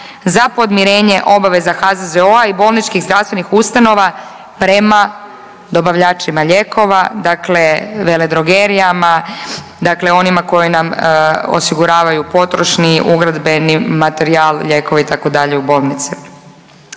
za podmirenje obaveza HZZO-a i bolničkih zdravstvenih ustanova prema dobavljačima lijekova, dakle veledrogerijama, dakle onima koji nam osiguravaju potrošni, ugradbeni materijal, lijekove, itd. u bolnice.